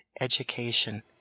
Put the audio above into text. education